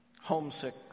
Homesick